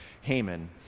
Haman